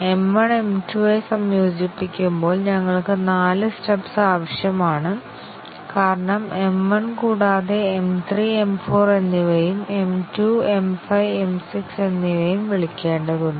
M1 M2 ആയി സംയോജിപ്പിക്കുമ്പോൾ ഞങ്ങൾക്ക് നാല് സ്റ്റബ്സ് ആവശ്യമാണ് കാരണം M 1 കൂടാതെ M 3 M 4 എന്നിവയും M 2 M 5 M 6 എന്നിവയും വിളിക്കേണ്ടതുണ്ട്